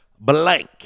blank